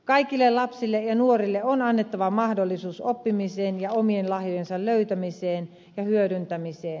kaikille lapsille ja nuorille on annettava mahdollisuus oppimiseen ja omien lahjojensa löytämiseen ja hyödyntämiseen